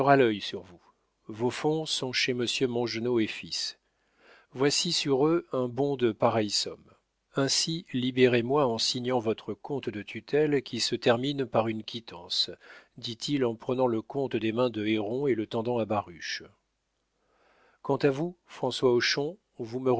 sur vous vos fonds sont chez messieurs mongenod et fils voici sur eux un bon de pareille somme ainsi libérez moi en signant votre compte de tutelle qui se termine par une quittance dit-il en prenant le compte des mains de héron et le tendant à baruch quant à vous françois hochon vous